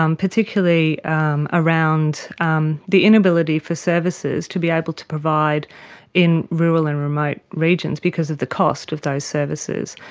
um particularly um around um the inability for services to be able to provide in rural and remote regions because of the cost of those services.